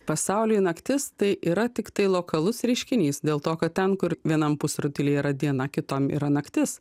pasauliui naktis tai yra tiktai lokalus reiškinys dėl to kad ten kur vienam pusrutulyje yra diena kitam yra naktis